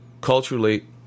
culturally